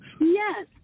Yes